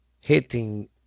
hitting